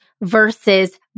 versus